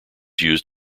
used